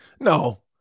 No